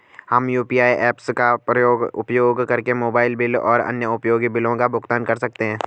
हम UPI apps का उपयोग करके मोबाइल बिल और अन्य उपयोगी बिलों का भुगतान कर सकते हैं